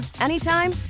anytime